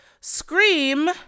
scream